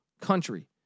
country